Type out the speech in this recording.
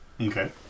Okay